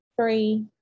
Three